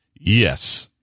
Yes